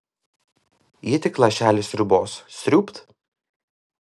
ji tik lašelį sriubos sriūbt